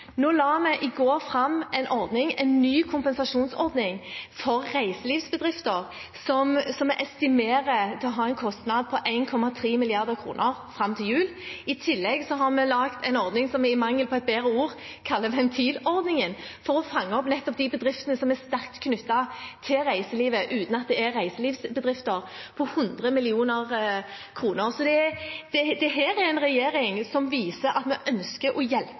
la vi fram en ordning, en ny kompensasjonsordning, for reiselivsbedrifter, som er estimert til en kostnad på 1,3 mrd. kr fram til jul. I tillegg har vi laget en ordning som vi i mangel på et bedre ord kaller ventilordningen, for å fange opp nettopp de bedriftene som er sterkt knyttet til reiselivet, uten at de er reiselivsbedrifter, på 100 mill. kr. Så dette er en regjering som viser at vi ønsker å hjelpe